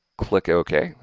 click ok.